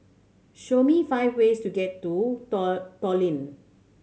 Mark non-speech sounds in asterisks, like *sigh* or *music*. show me five ways to get to *unintelligible* Tallinn